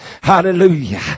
hallelujah